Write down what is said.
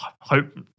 hope